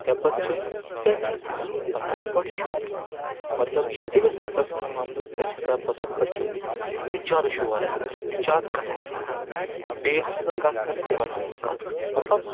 تمہِ پَتہٕ چھِ ژےٚ چھَ تھَ بَطخ پۄٹھ کھیٚمٕژ مطلب یہِ چھِ تٔمِس نَفرَس یِوان وَننہٕ ژےٚ چھَ تھَ بَطخ پۄٹھ کھیٚمٕژ یُس زیادٕ شور آسہِ کران یُس زیادٕ کَتھٕ آسہِ کران بیٚیِس آسہٕ آسان کَتھ کَرناے تٔمۍ آسہِ ژھٕنمٕژ کَتھ ؤنِتھ مطلب